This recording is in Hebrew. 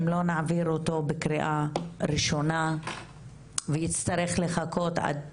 אם לא נעביר אותו בקריאה ראשונה ויצטרך לחכות עד